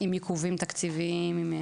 עם עיכובים תקציביים.